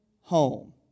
home